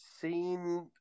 seen